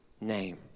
name